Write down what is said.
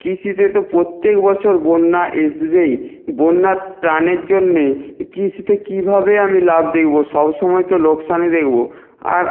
কৃষিতে তো প্রত্যেক বছর বন্যা আসবেই বন্যার টানের জন্যে এ কৃষিতে কীভাবে আমি লাভ দেখব সবসময় তো লোকসানই দেখব আর